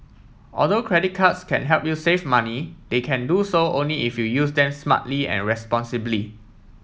although credit cards can help you save money they can do so only if you use them smartly and responsibly